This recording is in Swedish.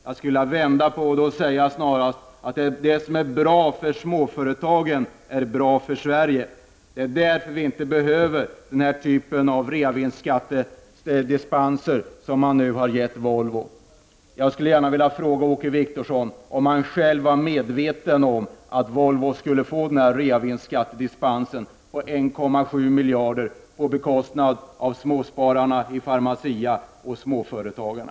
Jag skulle vilja vända på det hela och säga att det som är bra för småföretagen är bra för Sverige. Därför behöver vi inte den här typen av reavinstskattedispenser som man nu har gett Volvo. Jag skulle gärna vilja fråga Åke Wictorsson om han själv var medveten om att Volvo skulle få den där reavinstskattedispensen på 1,7 miljarder kronor på bekostnad av småspararna i Pharmacia och småföretagarna.